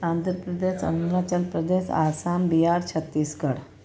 Andhra Pradesh Arunachal Pradesh Assam Bihar Chhattisgarh